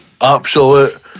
Absolute